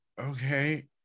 okay